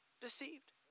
deceived